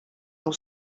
miał